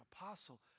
apostle